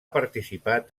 participat